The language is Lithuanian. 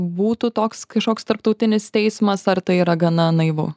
būtų toks kažkoks tarptautinis teismas ar tai yra gana naivu